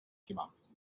gemacht